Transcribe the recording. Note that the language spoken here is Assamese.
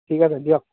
ঠিক আছে দিয়ক